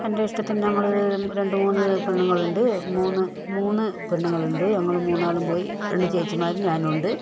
എൻ്റെ ഇഷ്ടത്തിന് ഞങ്ങള് രണ്ട് മൂന്നു പേര് പെണ്ണുങ്ങളുണ്ട് മൂന്ന് മൂന്ന് പെണ്ണുങ്ങളുണ്ട് ഞങ്ങളും മൂന്നാളും പോയി രണ്ട് ചേച്ചിമാരും ഞാനുമുണ്ട്